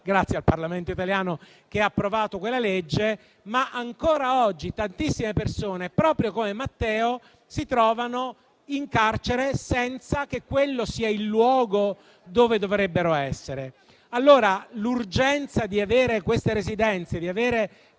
grazie al Parlamento italiano che ha approvato una legge, ma ancora oggi tantissime persone, proprio come Matteo, si trovano in carcere senza che quello sia il luogo dove dovrebbero essere. L'urgenza di avere delle REMS in numero